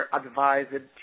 advised